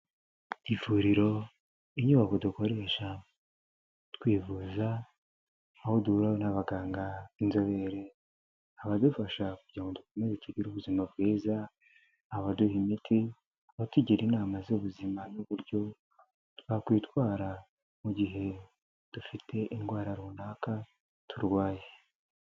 Ivuriro, inyubako dukoresha twivuza aho duhura n'abaganga b' inzobere, abadufasha kugira ngo dukomeze tugire ubuzima bwiza, abaduha imiti batugira inama z'ubuzima n'uburyo twakwitwara mu gihe dufite indwara runaka turwaye.